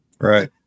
Right